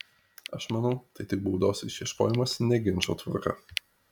aš manau tai tik baudos išieškojimas ne ginčo tvarka